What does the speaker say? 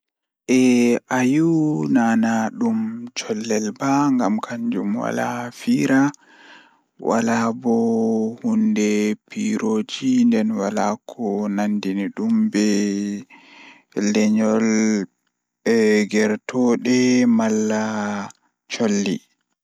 Ayuu nana ɗum chollel ba, ngam kanjum wala fiira wala bo huunde fiiroji, nden wala ko nanndi ni ɗum be lenyol Gertooɗe malla cholli.